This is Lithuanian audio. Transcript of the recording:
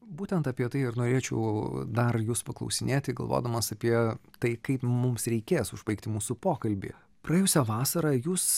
būtent apie tai ir norėčiau dar jus paklausinėti galvodamas apie tai kaip mums reikės užbaigti mūsų pokalbį praėjusią vasarą jūs